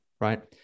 right